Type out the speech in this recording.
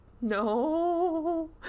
no